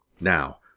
Now